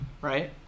Right